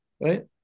right